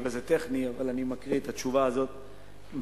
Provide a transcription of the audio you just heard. אני מקריא את התשובה הזאת בשמו.